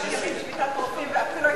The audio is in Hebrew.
128 ימים שביתת רופאים ואפילו,